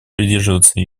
придерживаться